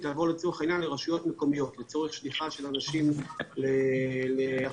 לרשויות מקומיות לצורך שליחה של אנשים לאכסניות.